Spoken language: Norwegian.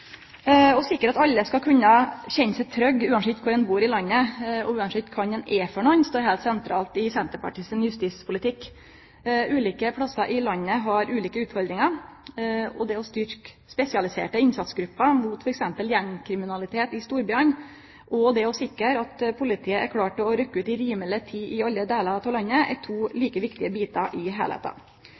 Å sikre at alle skal kunne kjenne seg trygge uansett kor ein bur i landet og uansett kven ein er, står sentralt i Senterpartiets justispolitikk. Ulike plassar i landet har ulike utfordringar. Det å styrkje spesialiserte innsatsgrupper mot f.eks. gjengkriminalitet i storbyane og det å sikre at politiet er klart til å rykkje ut i rimeleg tid i alle delar av landet, er to like viktige bitar i